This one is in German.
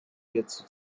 hierzu